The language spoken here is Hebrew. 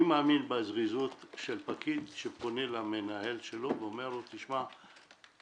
אני מאמין בזריזות של פקיד שפונה למנהל שלו ואומר לו: תשמע,